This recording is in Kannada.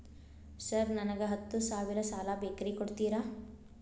ಸರ್ ನನಗ ಹತ್ತು ಸಾವಿರ ಸಾಲ ಬೇಕ್ರಿ ಕೊಡುತ್ತೇರಾ?